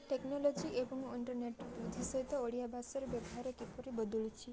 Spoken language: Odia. ଟେକ୍ନୋଲୋଜି ଏବଂ ଇଣ୍ଟର୍ନେଟ୍ ବୃଦ୍ଧି ସହିତ ଓଡ଼ିଆ ଭାଷାର ବ୍ୟବହାର କିପରି ବଦଳୁଛିି